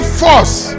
force